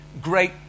great